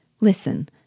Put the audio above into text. Listen